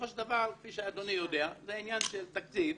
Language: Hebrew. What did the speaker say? כפי שאדוני יודע, זה עניין של תקציב.